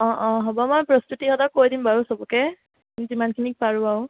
হ'ব মই প্ৰস্তুতিহঁতক কৈ দিম বাৰু চবকে যিমানখিনিক পাৰোঁ আৰু